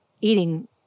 eating